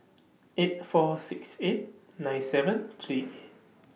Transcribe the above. eight four six eight nine seven three eight